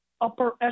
upper